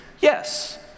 yes